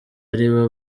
aribo